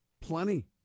plenty